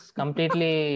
completely